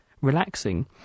relaxing